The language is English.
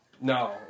No